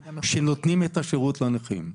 שנותנים את השירות לנכים.